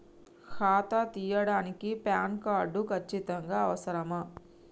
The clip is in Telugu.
ఖాతా తీయడానికి ప్యాన్ కార్డు ఖచ్చితంగా అవసరమా?